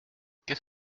qu’est